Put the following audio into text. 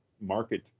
market